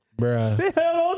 bruh